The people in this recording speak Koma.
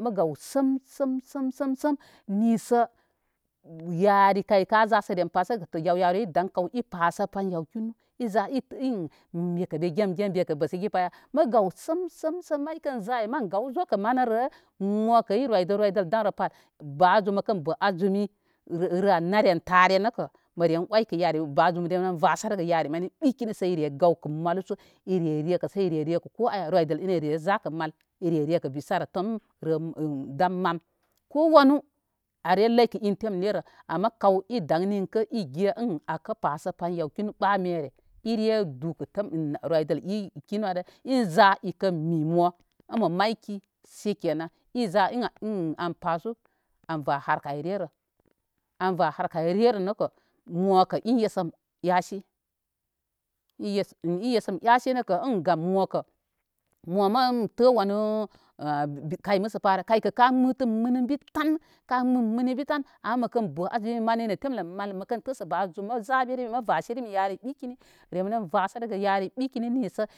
mə gaw səm səm səm səm nisə yari kay ka za sə rem pasəga to yaw yaru kaw i dan i pasə pan yaw kinu i za itə in mikə be ge mə gen bə sə gi pa ya mə gaw səm səm sə may kən za ay mən gaw zokə manirə mokə i roydə roydəl damrə pa ay ba zum məkən bə azumi rə aanre tare nəkə məre re oykə yari ba zum reni ren vasəgə yari mani mani ɓikini sə ire gawkə malu sə ire reƙasə ire ko aya roydəl ini re zakə mal ire rekə bisara tamrə dam mam ko wanu are ləykə in temlə rerə ama kaw i dan ninkə i ge ən gkə pasə pan yaw kinu ɓa mere ire dukə rəm roydəl kinu allə in za ikən mi mo in mə mayki shikenau i za in ən an pasu an va harka ay rera an va harka ay rera nəkə mokə in yesən yasi iyen iyen sən yasi nəkə in gam mokə mo mən tə wanu a kay məsəpa ar kay kə ka mətən mən ən bi tan ka gbəm gbəmbi tau ama məkən bə azumi mani nə temlə mal məkən təsə ba zum mə zaberem mə vasiri mi yari ɓikini rem ren vəsərəgə yari ɓikini nisə.